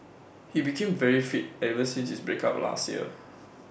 he became very fit ever since his break up last year